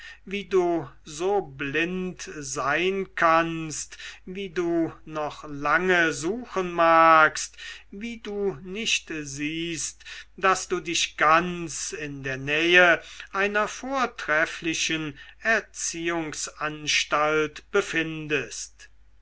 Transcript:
wie du so blind sein kannst wie du noch lange suchen magst wie du nicht siehst daß du dich ganz in der nähe einer vortrefflichen erziehungsanstalt befindest